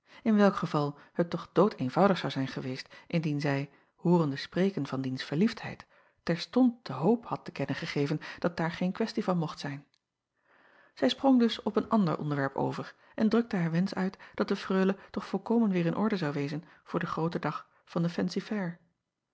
in welk geval het toch doodeenvoudig zou zijn geweest indien zij hoorende spreken van diens verliefdheid terstond de hoop had te kennen gegeven dat daar geen questie van mocht zijn ij sprong dus op een ander onderwerp over en drukte haar wensch uit dat de reule toch volkomen weêr in orde zou wezen voor den grooten dag van